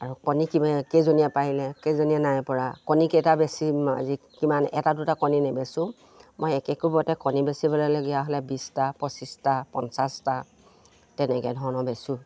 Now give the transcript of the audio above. আৰু কণী কিবা কেইজনীয়ে পাৰিলে কেইজনীয়ে নাইপৰা কণী কেইটা বেছি আজি কিমান এটা দুটা কণী নেবেচোঁ মই একেকোবতে কণী বেচিবলৈলগীয়া হ'লে বিছটা পঁচিছটা পঞ্চাছটা তেনেকৈ ধৰণৰ বেচোঁ